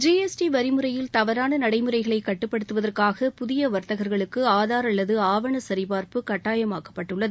GST வரி முறையில் தவறான நடைமுறைகளை கட்டுப்படுத்துவதற்காக புதிய வர்த்தகர்களுக்கு ஆதார் அல்லது ஆவண சரிபார்ப்பு கட்டாயமாக்கப்பட்டுள்ளது